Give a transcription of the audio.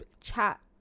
chat